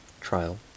trial